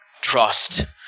trust